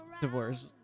divorce